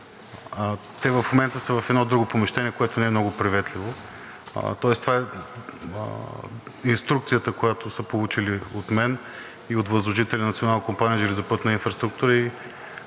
Те в момента са в едно друго помещение, което не е много приветливо, тоест това е инструкцията, която са получили от мен и от възложителя Национална компания „Железопътна инфраструктура“.